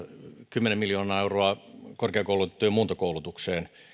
kymmenen miljoonaa euroa korkeakoulutettujen muuntokoulutukseen